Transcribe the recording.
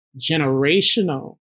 generational